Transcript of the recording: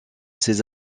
ces